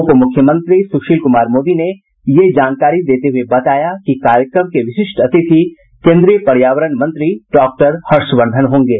उप मुख्यमंत्री सुशील कुमार मोदी ने यह जानकारी देते हुये बताया कि कार्यक्रम के विशिष्ट अतिथि केंद्रीय पर्यावरण मंत्री डॉक्टर हर्षवर्द्वन होंगे